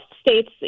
states